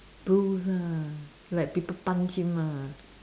bruise ah like people punch him ah